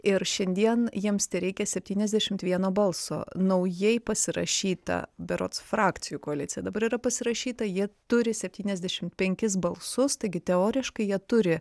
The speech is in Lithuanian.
ir šiandien jiems tereikia septyniasdešimt vieno balso naujai pasirašyta berods frakcijų koalicija dabar yra pasirašyta ji turi septyniasdešim penkis balsus taigi teoriškai jie turi